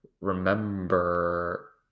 remember